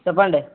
చెప్పండి